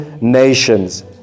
nations